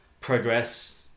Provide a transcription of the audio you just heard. progress